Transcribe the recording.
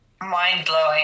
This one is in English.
mind-blowing